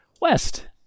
West